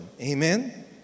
Amen